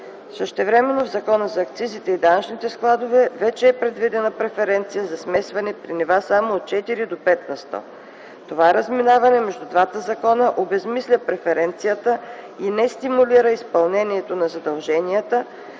Същевременно в Закона за акцизите и данъчните складове вече е предвидена преференция за смесване при нива само от 4 до 5 на сто. Това разминаване между двата закона обезсмисля преференцията и не стимулира изпълнението на задълженията,